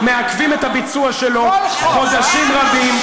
מעכבים את הביצוע שלו חודשים רבים,